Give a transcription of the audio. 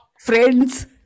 friends